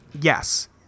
Yes